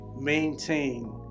maintain